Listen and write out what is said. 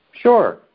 Sure